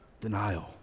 denial